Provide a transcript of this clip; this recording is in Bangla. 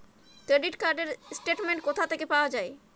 ক্রেডিট কার্ড র স্টেটমেন্ট কোথা থেকে পাওয়া যাবে?